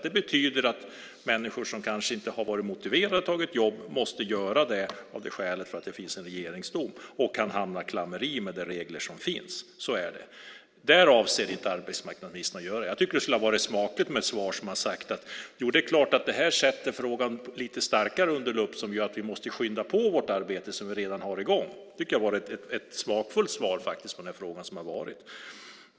Det betyder att människor som kanske inte har varit motiverade att ta ett jobb måste göra det av det skälet att det finns en regeringsdom och kan hamna i klammeri med de regler som finns. Jag tycker att det skulle ha varit smakligt med ett svar som sade att jo, det här sätter frågan under en lite starkare lupp, och det gör att vi måste skynda på det arbete som vi redan har i gång. Det hade varit ett smakfullt svar på frågan.